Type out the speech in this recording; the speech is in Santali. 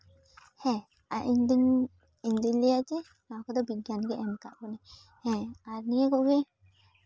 ᱦᱮᱸ ᱤᱧᱫᱚᱹᱧ ᱤᱧᱫᱚᱹᱧ ᱞᱟᱹᱭᱟ ᱡᱮ ᱱᱚᱣᱟ ᱠᱚᱫᱚ ᱵᱤᱜᱽᱜᱟᱱ ᱜᱮ ᱮᱢ ᱠᱟᱜ ᱵᱚᱱᱟᱭ ᱦᱮᱸ ᱟᱨ ᱱᱤᱭᱟᱹ ᱠᱚᱜᱮ